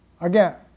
Again